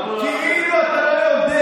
אז למה לא עשית שירות לאומי?